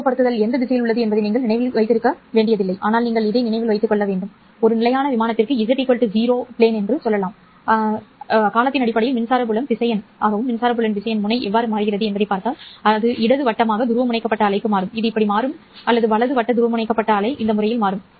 துருவப்படுத்தல் எந்த திசையில் உள்ளது என்பதை நீங்கள் நினைவில் வைத்திருக்க வேண்டியதில்லை ஆனால் நீங்கள் அதை நினைவில் கொள்ள வேண்டும் ஒரு நிலையான விமானத்திற்கு z 0 விமானம் என்று சொல்லலாம் காலத்தின் அடிப்படையில் மின்சார புலம் திசையன் மின்சார புலம் திசையன் முனை எவ்வாறு மாறுகிறது என்பதைப் பார்த்தால் அது இடது வட்டமாக துருவமுனைக்கப்பட்ட அலைக்கு மாறும் இது இப்படி மாறும் வலது வட்ட துருவமுனைக்கப்பட்ட அலை இந்த முறையில் மாறும்